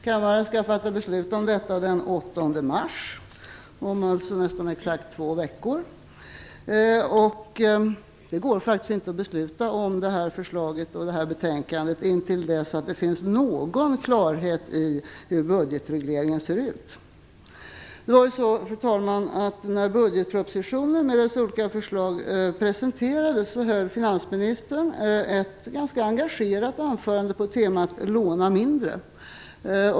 Kammaren skall fatta beslut om detta den 8 mars, dvs. om nästan exakt två veckor. Det går faktiskt inte att fatta beslut om detta förslag och detta betänkande innan det finns någon klarhet i hur budgetregleringen ser ut. Fru talman! När budgetpropositionen med dess olika förslag presenterades höll finansministern ett ganska engagerat tal på temat Låna mindre.